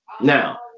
Now